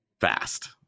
fast